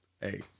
Hey